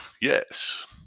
yes